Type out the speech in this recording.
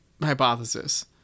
hypothesis